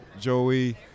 Joey